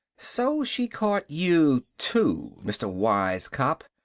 so she caught you, too, mr. wise-cop,